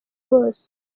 bose